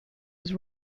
was